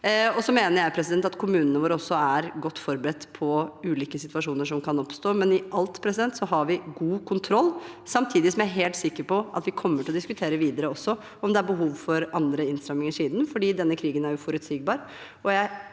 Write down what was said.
Jeg mener også at kommunene våre er godt forberedt på ulike situasjoner som kan oppstå. I alt har vi altså god kontroll. Samtidig er jeg helt sikker på at vi kommer til å diskutere videre om det er behov for andre innstramminger siden, for denne krigen er uforutsigbar,